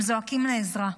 הם זועקים לעזרה.